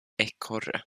ekorre